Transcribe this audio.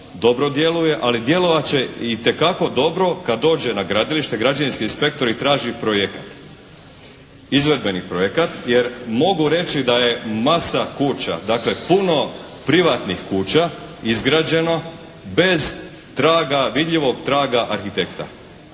dobro djeluje. Ali djelovat će itekako dobro kad dođe na gradilište, građevinski inspektori traže projekat, izvedbeni projekat jer mogu reći da je masa kuća, dakle puno privatnih kuća izgrađeno bez traga, vidljivog traga arhitekta.